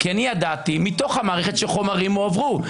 כי אני ידעתי מתוך המערכת שחומרים הועברו,